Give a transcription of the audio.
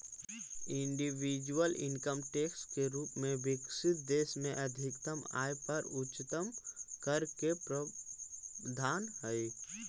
individual income tax के रूप में विकसित देश में अधिकतम आय पर उच्चतम कर के प्रावधान हई